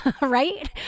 right